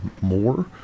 more